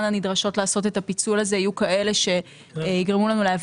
הנדרשות לעשות את הפיצול הזה יהיו כאלה שיגרמו לנו להביא